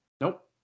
Nope